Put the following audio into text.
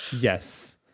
Yes